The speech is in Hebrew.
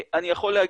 אני יכול להגיד,